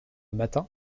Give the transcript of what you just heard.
matin